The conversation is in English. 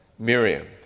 Miriam